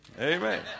Amen